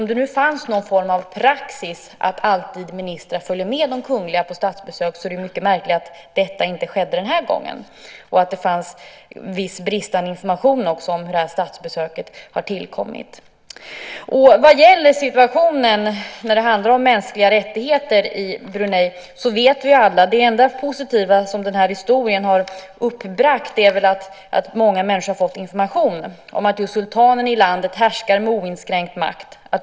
Om det nu fanns någon form av praxis som innebar att ministrar alltid följer med de kungliga på statsbesök är det mycket märkligt att det inte skedde den här gången. Det råder också viss bristande information om hur statsbesöket har tillkommit. Vad gäller situationen för de mänskliga rättigheterna i Brunei så är väl det enda positiva som den här historien har uppbragt att många människor har fått information om detta. Alla vet nu att sultanen i landet härskar med oinskränkt makt.